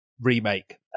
remake